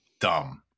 dumb